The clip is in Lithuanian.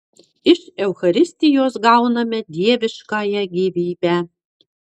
iš eucharistijos gauname dieviškąją gyvybę